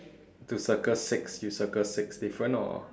to circle six you circle six different or